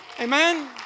Amen